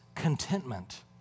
contentment